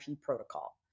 protocol